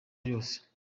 byose